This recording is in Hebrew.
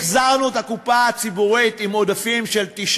החזרנו את הקופה הציבורית עם עודפים של 9